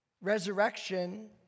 Resurrection